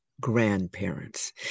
grandparents